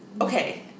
Okay